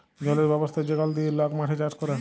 জলের ব্যবস্থা যেগলা দিঁয়ে লক মাঠে চাষ ক্যরে